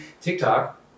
TikTok